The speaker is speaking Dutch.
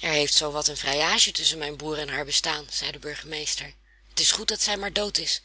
er heeft zoo wat een vrijage tusschen mijn broeder en haar bestaan zei de burgemeester het is goed dat zij maar dood is